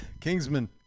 Kingsman